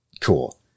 cool